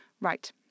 Right